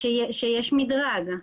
שיש מִדרג.